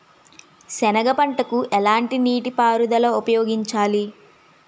సెనగ పంటకు ఎలాంటి నీటిపారుదల ఉపయోగించాలి?